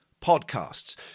podcasts